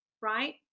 right